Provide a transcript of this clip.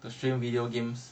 to stream video games